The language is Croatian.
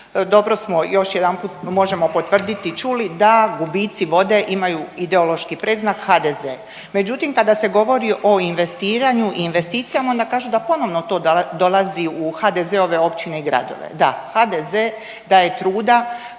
dobro smo još jedanput možemo potvrditi čuli da gubici vode imaju ideološki predznak HDZ, međutim kada se govori o investiranju i investicijama onda kažu da ponovno to dolazi u HDZ-ove općine i gradove. Da, HDZ daje truda